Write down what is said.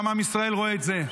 גם עם ישראל רואה את זה.